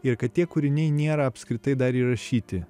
ir kad tie kūriniai nėra apskritai dar įrašyti